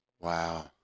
Wow